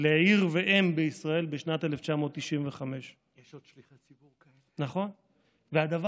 לעיר ואם בישראל בשנת 1995. יש עוד שליחי ציבור כאלה.